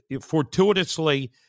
fortuitously